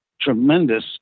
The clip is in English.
tremendous